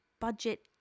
budget